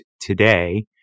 today